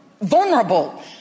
vulnerable